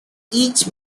each